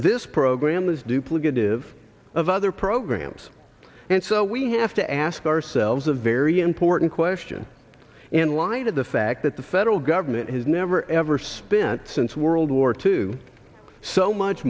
this program is duplicative of other programs and so we have to ask ourselves a very important question in light of the fact that the federal government has never ever spent since world war two so much